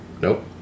Nope